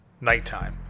nighttime